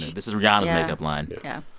this is rihanna's makeup line yeah.